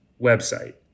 website